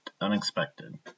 unexpected